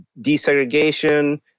desegregation